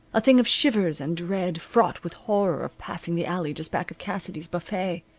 a thing of shivers and dread, fraught with horror of passing the alley just back of cassidey's buffet.